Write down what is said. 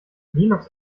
linux